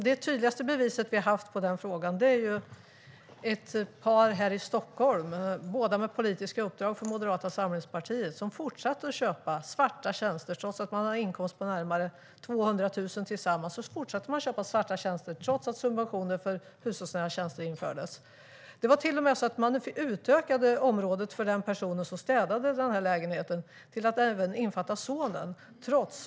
Det tydligaste beviset i den frågan är ett par här i Stockholm, båda med politiska uppdrag för Moderata samlingspartiet, som fortsatte köpa svarta tjänster trots att de tillsammans hade en inkomst på närmare 200 000 i månaden. De fortsatte köpa svarta tjänster trots att subventioner för hushållsnära tjänster infördes. De utökade till och med området för personen som städade lägenheten till att även innefatta sonens.